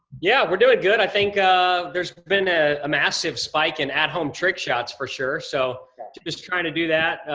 yeah, we're doing good. i think ah there's been a massive spike in at-home trick shots for sure, so just trying to do that.